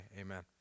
Amen